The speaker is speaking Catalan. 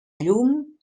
llum